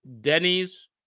Denny's